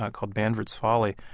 ah called banvard's folly,